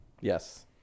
Yes